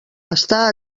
està